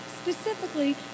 specifically